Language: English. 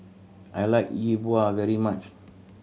I like Yi Bua very much